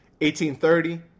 1830